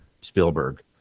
Spielberg